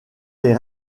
les